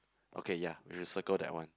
okay ya recycle that one